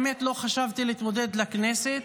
האמת, לא חשבתי להתמודד לכנסת.